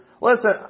Listen